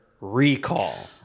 recall